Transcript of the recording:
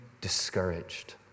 discouraged